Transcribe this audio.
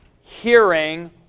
hearing